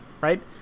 Right